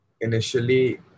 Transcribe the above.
initially